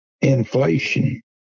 inflation